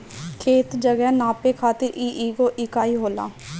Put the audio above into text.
खेत, जगह नापे खातिर इ एगो इकाई होला